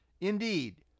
Indeed